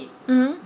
mmhmm